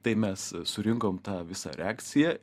tai mes surinkom tą visą reakciją